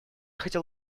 хотел